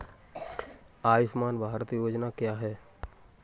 आयुष्मान भारत योजना क्या है?